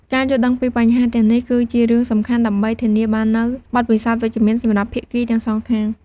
ការយល់ដឹងពីបញ្ហាទាំងនេះ គឺជារឿងសំខាន់ដើម្បីធានាបាននូវបទពិសោធន៍វិជ្ជមានសម្រាប់ភាគីទាំងសងខាង។